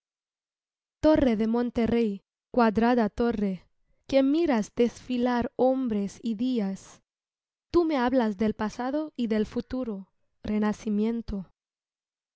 de monterrey cuadrada torre que miras desfilar hombres y días tú me hablas del pasado y del futuro renacimiento